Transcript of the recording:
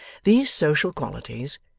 these social qualities,